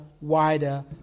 wider